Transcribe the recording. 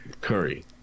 Curry